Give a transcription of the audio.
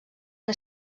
que